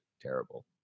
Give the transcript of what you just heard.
terrible